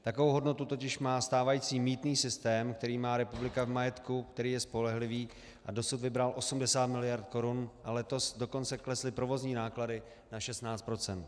Takovou hodnotu totiž má stávající mýtný systém, který má republika v majetku, který je spolehlivý a dosud vybral 80 miliard korun, a letos dokonce klesly provozní náklady na 16 %.